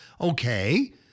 Okay